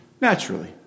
Naturally